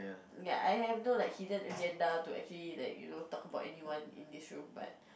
ya I have no like hidden agenda to actually like you know talk about anyone in this room but